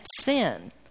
sin